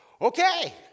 Okay